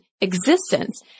existence